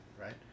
Right